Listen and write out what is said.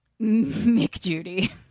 McJudy